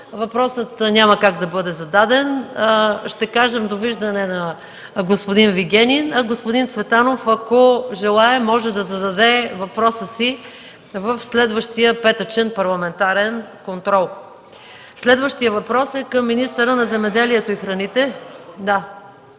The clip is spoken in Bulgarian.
въпросът няма как да бъде зададен. Ще кажем „Довиждане!” на господин Вигенин, а господин Цветанов, ако желае, може да зададе въпроса си в следващия петъчен парламентарен контрол. Следващият въпрос е към министъра на земеделието и храните.